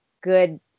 good